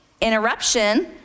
interruption